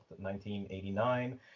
1989